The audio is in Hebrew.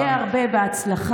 שיהיה הרבה בהצלחה.